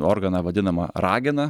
organą vadinamą ragena